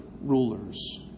Rulers